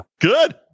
good